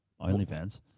OnlyFans